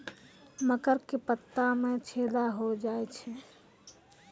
मकर के पत्ता मां छेदा हो जाए छै?